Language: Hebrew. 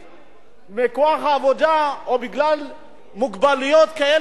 מכוח העבודה או בגלל מוגבלויות כאלה או אחרות,